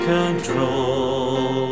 control